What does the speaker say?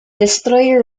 destroyer